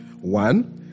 One